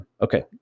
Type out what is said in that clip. Okay